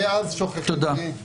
ואז שוכחים את הדברים.